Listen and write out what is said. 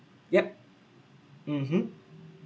yup mmhmm